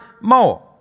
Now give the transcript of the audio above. more